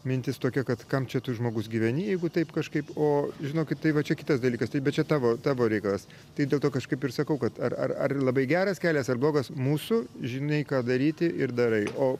mintis tokia kad kam čia tu žmogus gyveni jeigu taip kažkaip o žinokit tai va čia kitas dalykas tai bet čia tavo tavo reikalas tai dėl to kažkaip ir sakau kad ar ar ar labai geras kelias ar blogas mūsų žinai ką daryti ir darai o